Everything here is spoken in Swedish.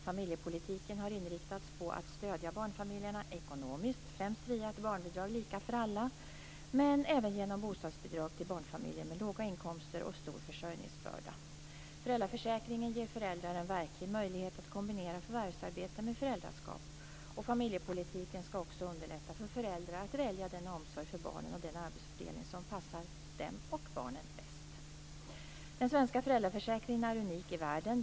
Familjepolitiken har inriktats på att stödja barnfamiljerna ekonomiskt, främst via ett barnbidrag lika för alla, men även genom bostadsbidrag till barnfamiljer med låga inkomster och stor försörjningsbörda. Föräldraförsäkringen ger föräldrar en verklig möjlighet att kombinera förvärvsarbete med föräldraskap. Familjepolitiken skall också underlätta för föräldrar att välja den omsorg för barnen och den arbetsfördelning som passar dem och barnen bäst. Den svenska föräldraförsäkringen är unik i världen.